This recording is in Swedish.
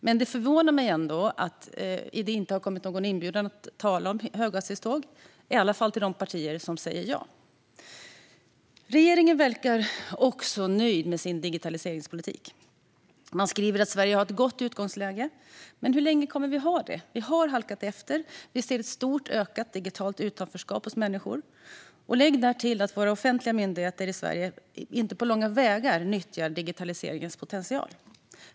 Men det förvånar mig ändå att det inte har kommit någon inbjudan att tala om höghastighetståg, i alla fall till de partier som säger ja. Regeringen verkar också nöjd med sin digitaliseringspolitik. Man skriver att Sverige har ett gott utgångsläge, men hur länge kommer vi att ha det? Vi har halkat efter, och vi ser ett stort och ökat digitalt utanförskap hos människor. Lägg därtill att våra offentliga myndigheter i Sverige inte på långa vägar nyttjar potentialen som finns i digitaliseringen.